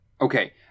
Okay